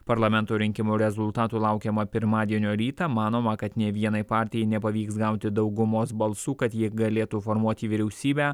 parlamento rinkimų rezultatų laukiama pirmadienio rytą manoma kad nė vienai partijai nepavyks gauti daugumos balsų kad jie galėtų formuoti vyriausybę